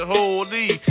Holy